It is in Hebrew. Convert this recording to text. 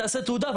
תעשה תעודה,